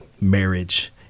marriage